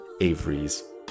avery's